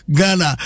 Ghana